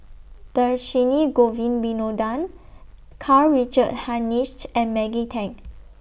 Dhershini Govin Winodan Karl Richard Hanitsch and Maggie Teng